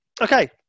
okay